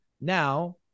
now